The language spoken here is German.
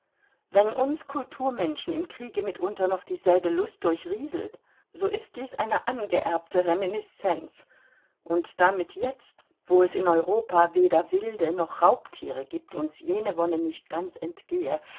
wenn uns kulturmenschen im kriege mitunter noch dieselbe lust durchrieselt so ist dies eine angeerbte reminiscenz und damit jetzt wo es in europa weder wilde noch raubtiere gibt uns jene wonne nicht ganz entgehe